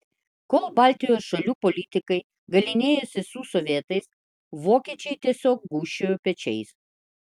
kol baltijos šalių politikai galynėjosi su sovietais vokiečiai tiesiog gūžčiojo pečiais